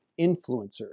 influencers